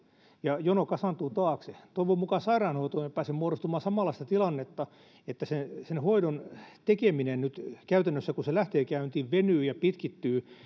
ja jono kasaantuu taakse toivon mukaan sairaanhoitoon ei pääse muodostumaan samanlaista tilannetta että sen hoidon tekeminen käytännössä kun se nyt lähtee käyntiin venyy ja pitkittyy